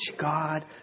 God